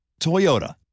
Toyota